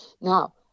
Now